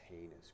heinous